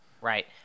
Right